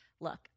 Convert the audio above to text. look